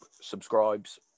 subscribes